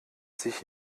sich